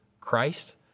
Christ